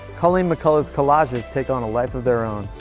colleen mcculla's collages take on a life of their own.